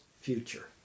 future